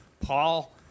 Paul